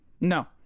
No